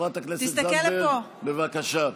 חברת הכנסת זנדברג, בבקשה.